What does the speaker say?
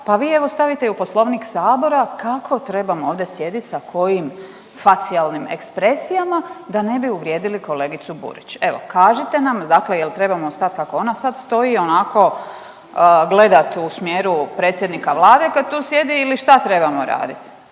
vi evo stavite i u Poslovnik Sabora kako trebamo ovdje sjediti sa kojim facijalnim ekspresijama da ne bi uvrijedili kolegicu Burić. Evo kažite nam dakle jel' trebamo stat kako ona sad stoji onako gledat u smjeru predsjednika Vlade kad tu sjedi ili šta trebamo raditi.